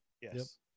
Yes